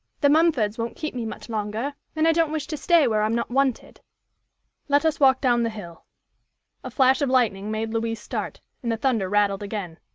the mumfords won't keep me much longer, and i don't wish to stay where i'm not wanted let us walk down the hill a flash of lightning made louise start, and the thunder rattled again.